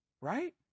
right